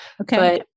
okay